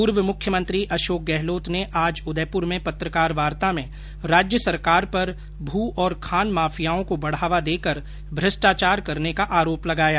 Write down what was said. पूर्व मुख्यमंत्री अशोक गहलोत ने आज उदयपुर में पत्रकार वार्ता में राज्य भाजपा सरकार पर भु और खान माफियाओं को बढावा देकर भ्रष्टाचार करने का आरोप लगाया